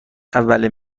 اولین